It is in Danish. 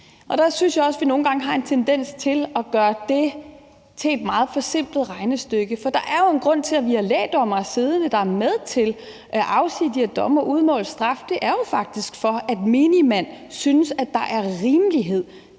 og der synes jeg også, vi nogle gange har en tendens til at gøre det til et meget forsimplet regnestykke. For der er jo en grund til, at vi har lægdommere, der er med til at afsige de her domme og udmåle straffe, siddende. Det er jo faktisk, for at menigmand synes, der er rimelighed